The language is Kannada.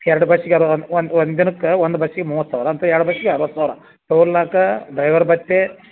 ಎರಡು ಬಸ್ಸಿಗೆ ಆದ್ರ್ ಒಂದು ಒಂದು ದಿನಕ್ಕೆ ಒಂದು ಬಸ್ಸಿಗೆ ಮೂವತ್ತು ಸಾವಿರ ಅಂತ ಎರಡು ಬಸ್ಸಿಗೆ ಅರುವತ್ತು ಸಾವಿರ ಟೋಲ್ನಾಕ ಡೈವರ್ ಭತ್ಯೆ